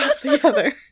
together